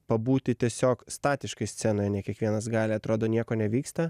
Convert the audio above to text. pabūti tiesiog statiškai scenoje ne kiekvienas gali atrodo nieko nevyksta